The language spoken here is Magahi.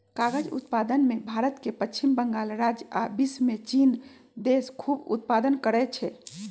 कागज़ उत्पादन में भारत के पश्चिम बंगाल राज्य आ विश्वमें चिन देश खूब उत्पादन करै छै